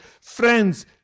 friends